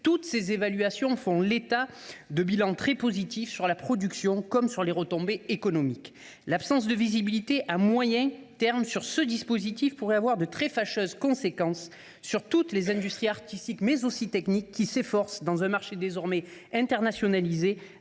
qui toutes font état de bilans très positifs sur la production comme en termes de retombées économiques. L’absence de visibilité à moyen terme quant à l’avenir de ce dispositif pourrait avoir de très fâcheuses conséquences sur toutes les industries artistiques, mais aussi techniques, qui, dans un marché désormais internationalisé,